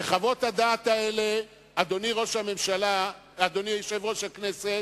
חוות-הדעת האלה, אדוני יושב-ראש הכנסת,